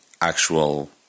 actual